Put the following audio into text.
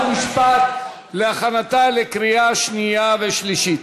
חוק ומשפט להכנתה לקריאה שנייה ושלישית.